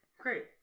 Great